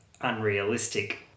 unrealistic